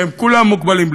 שהם כולם מוגבלים,